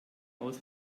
aus